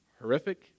horrific